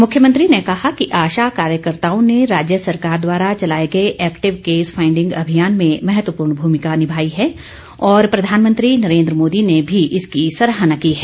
मुख्यमंत्री ने कहा कि आशा कार्यकर्ताओं ने राज्य सरकार द्वारा चलाए गए एक्टिव केस फाईडिंग अभियान में महत्वपूर्ण भूमिका निभाई है और प्रधानमंत्री नरेन्द्र मोदी ने भी इसकी सराहना की है